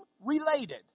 related